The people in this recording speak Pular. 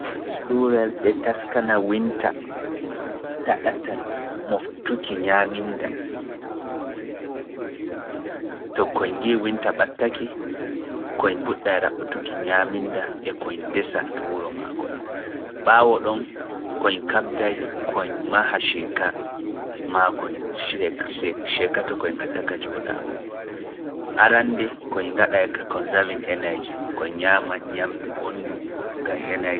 Squirel e taskana winter ta ɗatal mooɓtuki ñaaminnda, to koy ngi'ii winter ɓattake koy puɗɗay raɓɓutuki nyaaminnda e koy ndesa to wuro maakoy. Ɓaawo ɗon koy kaɓday kon maha ceeka maakoy, ceek- ceek- ceeka to koy ngatta ka jooɗaago. Arannde koy ngaɗay ka conserving energy koy nyaama nyaamndu boonndu ngam energy.